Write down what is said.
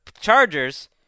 Chargers